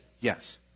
Yes